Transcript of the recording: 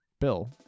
bill